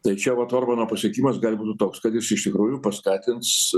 tai čia vat orbano pasiekimas gali būti toks kad jis iš tikrųjų paskatins